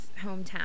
hometown